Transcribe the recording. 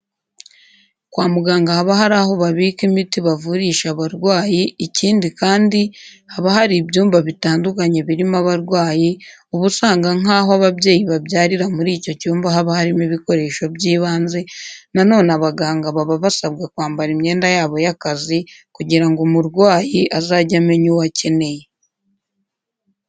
Kwa muganga haba hari aho babika imiti bavurisha abarwayi, ikindi kandi haba hari ibyumba bitandukanye birimo abarwayi, uba usanga nk'aho ababyeyi babyarira muri icyo cyumba haba harimo ibikoresho byibanze, na none abaganga baba basabwa kwambara imyenda yabo y'akazi kugira ngo umurwanyi azajye amenya uwo akeneye.